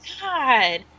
god